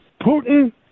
Putin